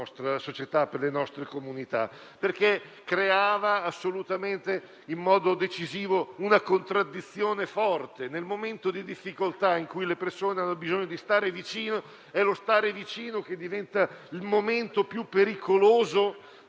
società e le nostre comunità, perché crea una contraddizione forte: nel momento di difficoltà, in cui le persone hanno bisogno di stare vicino, è lo stare vicino che diventa il fattore più pericoloso